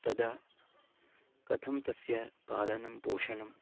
तदा कथं तस्य पालनं पोषणं